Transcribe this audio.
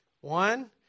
One